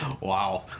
Wow